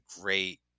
great